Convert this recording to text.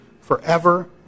forever